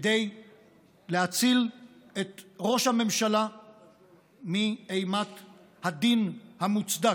כדי להציל את ראש הממשלה מאימת הדין המוצדק.